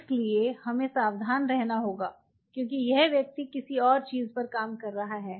इसलिए हमें सावधान रहना होगा क्योंकि यह व्यक्ति किसी और चीज़ पर काम कर रहा है